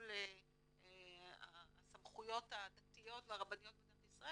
מול הסמכויות הדתיות והרבניות במדינת ישראל,